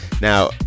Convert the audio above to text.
Now